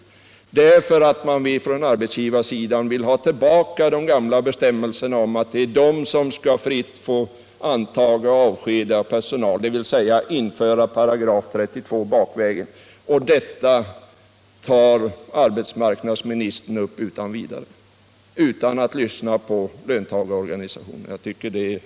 Det gör man därför att man på arbetsgivarsidan vill ha tillbaka de gamla bestämmelserna om arbetsgivarens rätt att fritt antaga och avskeda personal, dvs. man vill införa § 32 bakvägen. Och detta tar arbetsmarknadsministern upp utan vidare, utan att lyssna på löntagarorganisationerna. Jag tycker att det är svagt.